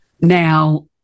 Now